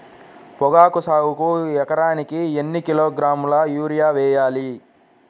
పొగాకు సాగుకు ఎకరానికి ఎన్ని కిలోగ్రాముల యూరియా వేయాలి?